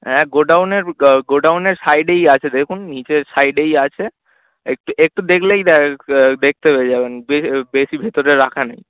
হ্যাঁ গোডাউনের গোডাউনের সাইডেই আছে দেখুন নিচের সাইডেই আছে একটু একটু দেখলেই দ্যাখ দেখতে পেয়ে যাবেন বেশি বেশি ভেতরে রাখা নেই